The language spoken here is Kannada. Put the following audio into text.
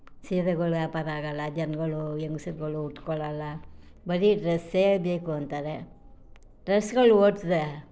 ಸೀರೆಗಳು ವ್ಯಾಪಾರ ಆಗೋಲ್ಲ ಜನಗಳು ಹೆಂಗ್ಸ್ರುಗಳು ಉಟ್ಕೊಳೋಲ್ಲ ಬರೀ ಡ್ರೆಸ್ಸೇ ಬೇಕು ಅಂತಾರೆ ಡ್ರೆಸ್ಗಳು ಓಡ್ತದೆ